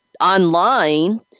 online